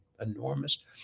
enormous